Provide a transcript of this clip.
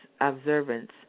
observance